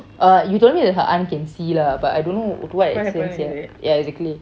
uh you told me that her aunt can see lah but I don't know to what extent sia ya exactly